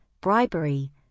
bribery